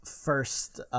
first